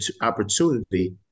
opportunity